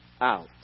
out